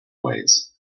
ways